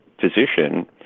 physician